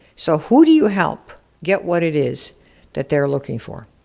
so who do you help get what it is that they're looking for?